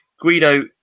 Guido